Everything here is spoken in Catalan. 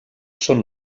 són